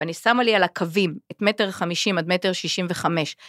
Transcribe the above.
ואני שמה לי על הקווים, את מטר 50 עד מטר 65.